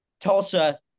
Tulsa